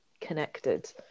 connected